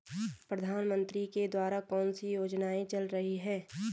प्रधानमंत्री के द्वारा कौनसी योजनाएँ चल रही हैं?